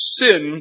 sin